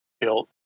built